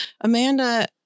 Amanda